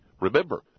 remember